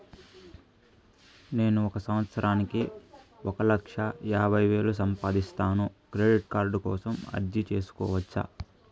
నేను ఒక సంవత్సరానికి ఒక లక్ష యాభై వేలు సంపాదిస్తాను, క్రెడిట్ కార్డు కోసం అర్జీ సేసుకోవచ్చా?